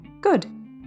good